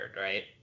right